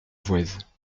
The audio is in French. voueize